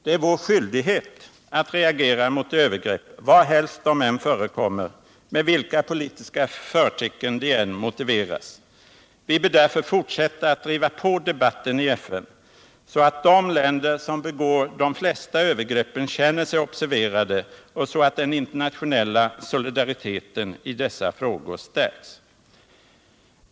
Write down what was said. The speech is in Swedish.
Det är vår skyldighet att reagera mot övergrepp varhelst de förekommer, med vilka politiska förtecken de än motiveras. Vi bör därför fortsätta att driva på debatten i FN, så att de länder som begår de flesta övergreppen känner sig observerade och så att den internationella solidariteten i dessa frågor stärks.